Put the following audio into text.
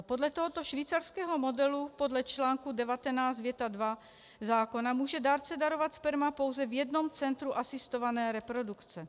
Podle tohoto švýcarského modelu podle čl. 19 věta 2 zákona může dárce darovat sperma pouze v jednom centru asistované reprodukce.